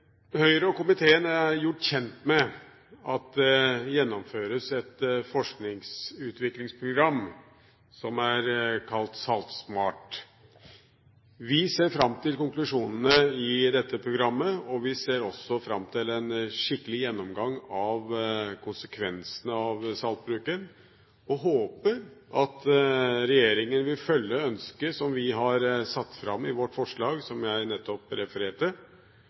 Høyre og komiteen er gjort kjent med at det gjennomføres et forskningsutviklingsprogram som er kalt Salt SMART. Vi ser fram til konklusjonene i dette programmet. Vi ser også fram til en skikkelig gjenomgang av konsekvensene av saltbruken, og håper at regjeringen vil følge ønsket vi har satt fram i vårt forslag, som jeg nettopp refererte